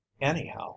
anyhow